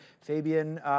Fabian